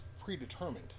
predetermined